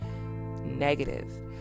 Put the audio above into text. negative